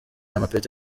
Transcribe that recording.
amapeti